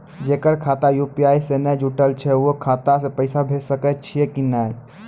जेकर खाता यु.पी.आई से नैय जुटल छै उ खाता मे पैसा भेज सकै छियै कि नै?